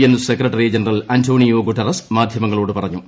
N secretary general Antonio Guterres മാധ്യമങ്ങളോട് പറഞ്ഞു